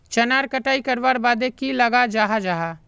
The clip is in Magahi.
चनार कटाई करवार बाद की लगा जाहा जाहा?